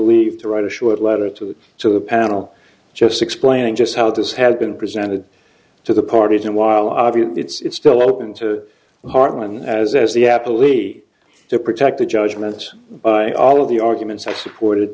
leave to write a short letter to the to the panel just explaining just how this had been presented to the parties and while obviously it's still open to hartmann as as the apple e to protect the judgments by all of the arguments i support